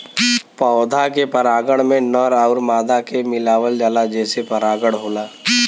पौधा के परागण में नर आउर मादा के मिलावल जाला जेसे परागण होला